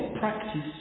practice